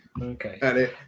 okay